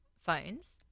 phones